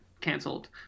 canceled